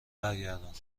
برگردانید